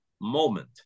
moment